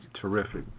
terrific